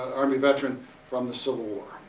army veteran from the civil war,